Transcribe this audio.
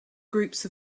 groups